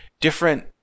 different